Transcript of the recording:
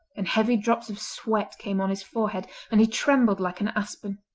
and heavy drops of sweat came on his forehead, and he trembled like an aspen.